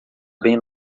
bem